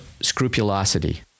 scrupulosity